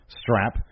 strap